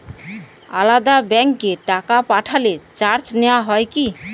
আলাদা ব্যাংকে টাকা পাঠালে চার্জ নেওয়া হয় কি?